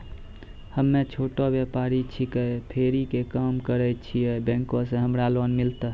हम्मे छोटा व्यपारी छिकौं, फेरी के काम करे छियै, बैंक से हमरा लोन मिलतै?